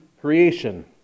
creation